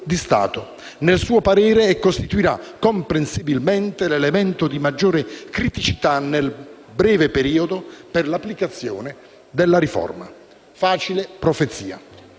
nel suo parere e costituirà comprensibilmente l'elemento di maggiore criticità nel breve periodo per l'applicazione della riforma. È una facile profezia,